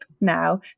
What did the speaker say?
now